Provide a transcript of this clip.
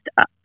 up